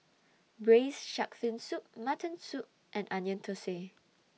Braised Shark Fin Soup Mutton Soup and Onion Thosai